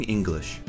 English